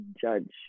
judge